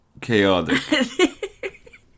chaotic